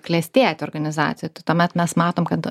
klestėti organizacijoj tai tuomet mes matom kad